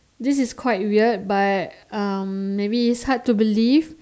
this is quite weird but um maybe it's hard to believe